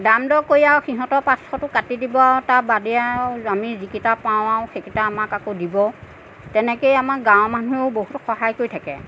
দাম দৰ কৰি আৰু সিহঁতৰ পাঁচশটো কাটি দিব আৰু তাৰ বাদে আৰু আমি যিকেইটা পাওঁ আৰু সেইকেইটা আমাক আকৌ দিব তেনেকৈ আমাক গাঁৱৰ মানুহেও বহুত সহায় কৰি থাকে